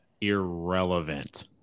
irrelevant